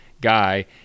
guy